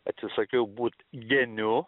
atsisakiau būt geniu